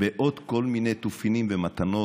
בעוד כל מיני תופינים ומתנות?